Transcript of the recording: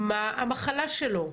מה המחלה שלו,